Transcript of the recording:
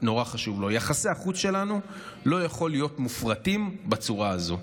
נורא חשוב לו: יחסי החוץ שלנו לא יכולים להיות מופרטים בצורה הזו,